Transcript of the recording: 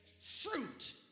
fruit